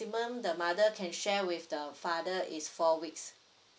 the mother can share with the father is four weeks